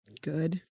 Good